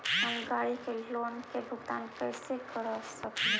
हम गाड़ी के लोन के भुगतान कैसे कर सकली हे?